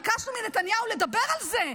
ביקשנו מנתניהו לדבר על זה,